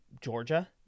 Georgia